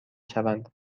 شوند